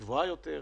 גבוהה יותר,